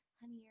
honey